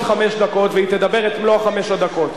חמש דקות והיא תדבר את מלוא חמש הדקות.